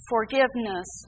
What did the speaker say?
Forgiveness